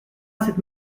cette